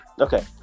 Okay